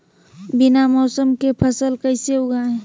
बिना मौसम के फसल कैसे उगाएं?